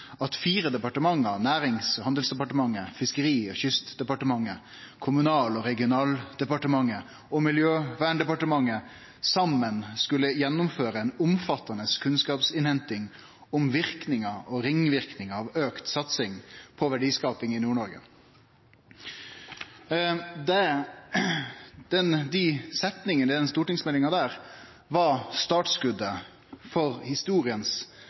at fire departement – Nærings- og handelsdepartementet, Fiskeri- og kystdepartementet, Kommunal- og regionaldepartementet og Miljøverndepartementet – saman skulle gjennomføre ei omfattande kunnskapsinnhenting om verknader og ringverknader av auka satsing på verdiskaping i Nord-Noreg. Dei setningane i den stortingsmeldinga var startskotet for